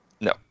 No